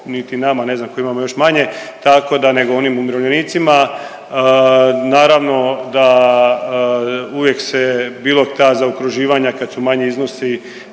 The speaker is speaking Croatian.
niti nama koji imamo još manje tako da nego onim umirovljenicima. Naravno da uvijek se bilo ta zaokruživanja kad su manji iznosi